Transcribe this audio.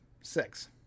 six